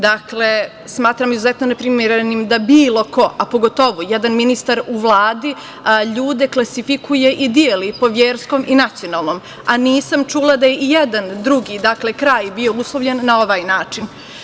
Dakle, smatram izuzetno neprimerenim da bilo ko, a pogotovo jedan ministar u Vladi, ljude klasifikuje i deli po verskom i nacionalnom, a nisam čula da je ijedan drugi kraj bio uslovljen na ovaj način.